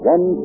One